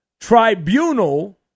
tribunal